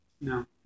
No